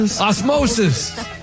Osmosis